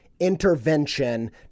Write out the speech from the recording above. intervention